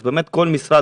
אז באמת כל משרד,